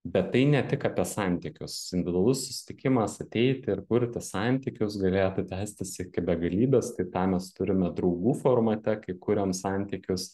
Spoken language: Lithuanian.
bet tai ne tik apie santykius individualus susitikimas ateiti ir kurti santykius galėtų tęstis iki begalybės tai tą mes turime draugų formate kai kuriam santykius